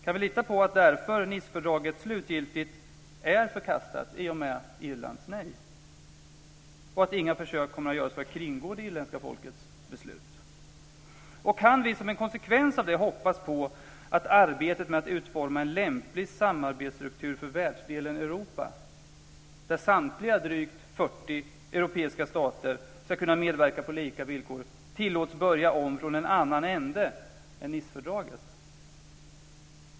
Kan vi lita på att Nicefördraget därför slutgiltigt är förkastat i och med Irlands nej, och att inga försök kommer att göras för att kringgå det irländska folkets beslut? Kan vi som en konsekvens av det hoppas på att arbetet med att utforma en lämplig samarbetsstruktur för världsdelen Europa, där samtliga drygt 40 europeiska stater ska kunna medverka på lika villkor, tillåts börja om från en annan ända än Nicefördraget?